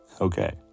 Okay